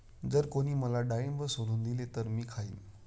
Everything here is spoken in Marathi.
जर कोणी मला डाळिंब सोलून दिले तर मी खाईन